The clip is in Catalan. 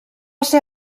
ser